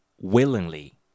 Willingly